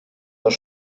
das